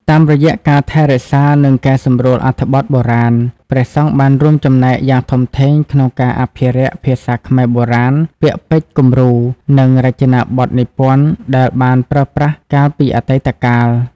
តាមរយៈការថែរក្សានិងកែសម្រួលអត្ថបទបុរាណ ព្រះសង្ឃបានរួមចំណែកយ៉ាងធំធេងក្នុងការអភិរក្សភាសាខ្មែរបុរាណ ពាក្យពេចន៍គំរូ និងរចនាបថនិពន្ធដែលបានប្រើប្រាស់កាលពីអតីតកាល។